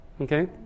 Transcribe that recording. Okay